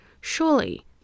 Surely